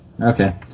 Okay